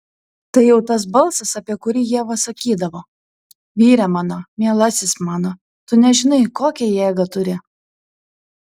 tai jau tas balsas apie kurį ieva sakydavo vyre mano mielasis mano tu nežinai kokią jėgą turi